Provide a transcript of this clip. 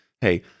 Hey